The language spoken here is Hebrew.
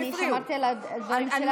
אני שמרתי על הזמן שלך,